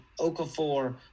Okafor